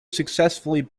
successfully